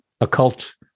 occult